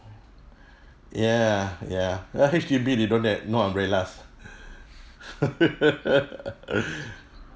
ya ya ya H_D_B they don't have no umbrellas